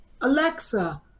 Alexa